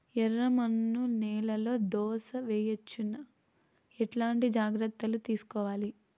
ఎర్రమన్ను నేలలో దోస వేయవచ్చునా? ఎట్లాంటి జాగ్రత్త లు తీసుకోవాలి?